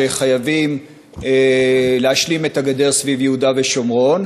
שחייבים להשלים את הגדר סביב יהודה ושומרון?